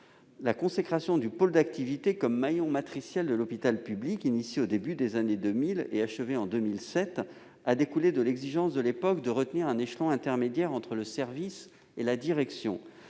La consécration du pôle d'activité comme maillon matriciel de l'hôpital public, engagée au début des années 2000 et achevée en 2007, a découlé de l'exigence de l'époque de retenir un échelon intermédiaire entre le service et la direction,